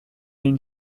une